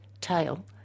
tail